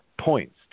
points